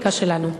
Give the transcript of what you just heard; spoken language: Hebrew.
בפוליטיקה שלנו.